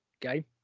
game